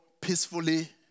peacefully